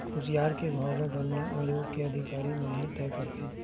खुसियार के भाव ल गन्ना आयोग के अधिकारी मन ह तय करथे